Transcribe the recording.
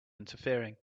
interfering